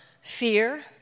fear